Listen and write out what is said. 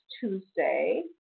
Tuesday